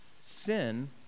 sin